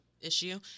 issue